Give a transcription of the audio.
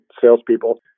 salespeople